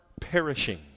perishing